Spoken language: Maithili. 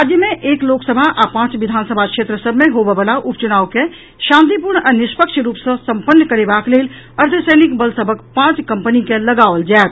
राज्य मे एक लोकसभा आ पांच विधानसभा क्षेत्र सभ मे होबयवला उप चुनाव के शांतिपूर्ण आ निष्पक्ष रूप सॅ सम्पन्न करेबाक लेल अर्द्वसैनिक बल सभक पांच कंपनी के लगाओल जायत